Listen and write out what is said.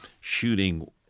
shooting